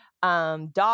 Dog